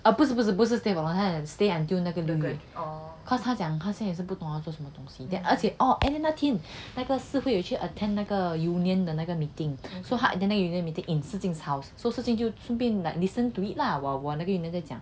oh 不是不是不是 stay stay until 那个 year end 他讲他现在也是不懂要做什么东西而且 oh any 那天那个 si hui 有去 attend 那个 union 的那个 meeting so at the end 那个 union meeting in si jing house so si jing 顺便 like listen to it lah while while 那个 union 讲